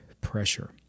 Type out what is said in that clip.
pressure